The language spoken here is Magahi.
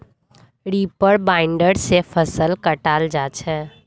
रीपर बाइंडर से फसल कटाल जा छ